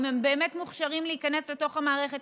אם הם באמת מוכשרים להיכנס לתוך המערכת,